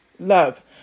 love